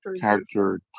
character